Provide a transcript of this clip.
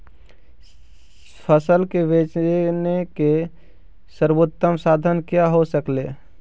फसल के बेचने के सरबोतम साधन क्या हो सकेली?